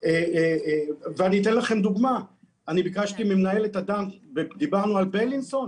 אני אתן לכם דוגמה: דיברנו על בלינסון